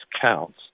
counts